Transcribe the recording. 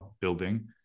building